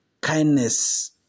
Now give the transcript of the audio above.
Kindness